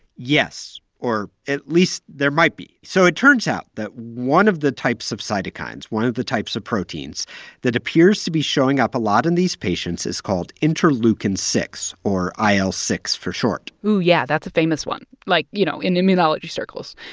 yes or at least there might be. so it turns out that one of the types of cytokines, one of the types of proteins that appears to be showing up a lot in these patients is called interleukin six, or il ah six for short oh, yeah, that's a famous one, like, you know, in immunology circles.